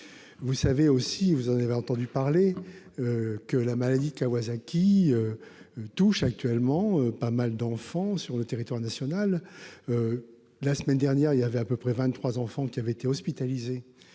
Vous savez aussi, vous en avez entendu parler, que la maladie de Kawasaki touche actuellement pas mal d'enfants sur le territoire national. La semaine dernière, 23 enfants atteints de cette maladie avaient été hospitalisés